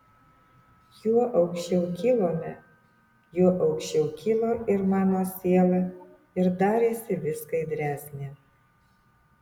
juo aukščiau kilome juo aukščiau kilo ir mano siela ir darėsi vis skaidresnė